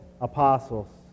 apostles